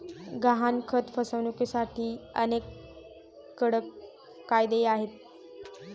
गहाणखत फसवणुकीसाठी अनेक कडक कायदेही आहेत